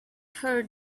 heard